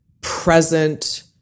present